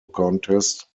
contest